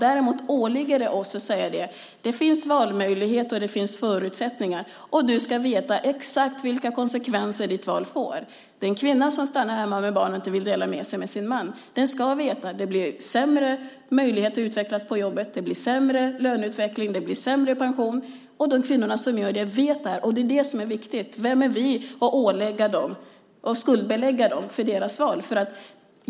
Däremot åligger det oss att säga att det finns valmöjligheter och förutsättningar, och du ska veta exakt vilka konsekvenser ditt val får. Den kvinna som stannar hemma med barnet eller vill dela detta med sin man ska veta att det blir sämre möjligheter att utvecklas på jobbet, sämre löneutveckling och sämre pension. De kvinnor som gör det valet vet detta, och det är det som är viktigt. Vilka är vi att skuldbelägga dem för deras val?